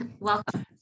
welcome